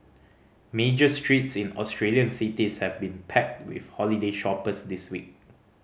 major streets in Australian cities have been packed with holiday shoppers this week